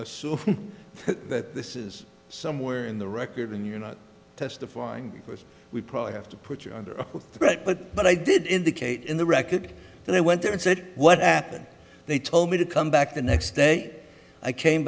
assume that this is somewhere in the record when you're not testifying because we probably have to put you under threat but but i did indicate in the record they went there and said what happened they told me to come back the next day i came